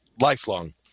lifelong